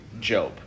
Job